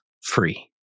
Free